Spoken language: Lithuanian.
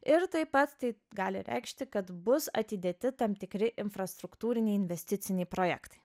ir tai pats tai gali reikšti kad bus atidėti tam tikri infrastruktūriniai investiciniai projektai